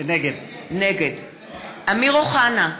נגד אמיר אוחנה,